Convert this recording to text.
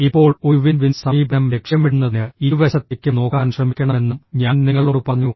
ഇപ്പോൾ ഒരു win win സമീപനം ലക്ഷ്യമിടുന്നതിന് ഇരുവശത്തേക്കും നോക്കാൻ ശ്രമിക്കണമെന്നും ഞാൻ നിങ്ങളോട് പറഞ്ഞു